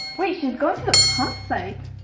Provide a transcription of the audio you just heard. wait she's going to the pump site.